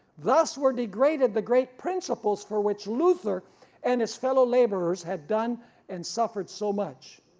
thus were degraded the great principles for which luther and his fellow laborers had done and suffered so much.